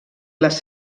les